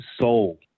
soul